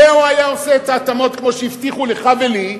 ו/או היה עושה את ההתאמות כמו שהבטיחו לך ולי,